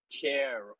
care